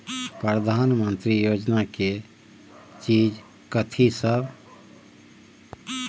प्रधानमंत्री योजना की चीज कथि सब?